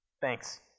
thanks